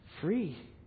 free